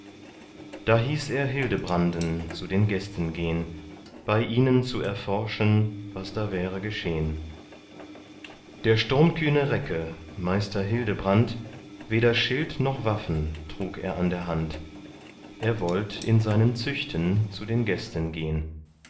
da hieß er hildebranden zu den gästen gehn bei ihnen zu erforschen was da wäre geschehn der sturmkühne recke meister hildebrand weder schild noch waffen trug er an der hand er wollt in seinen züchten zu den gästen gehn